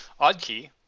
OddKey